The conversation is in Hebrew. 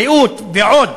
בריאות ועוד,